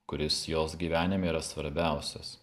kuris jos gyvenime yra svarbiausias